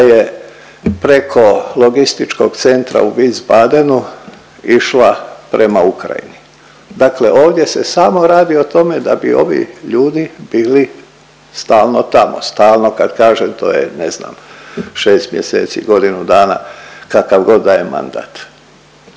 koja je preko logističkog centra u Wiesbadenu išla prema Ukrajini. Dakle, ovdje se radi samo o tome da bi ovi ljudi bili stalno tamo. Stalno kad kažem to je ne znam, šest mjeseci, godinu dana kakavgod da je mandat.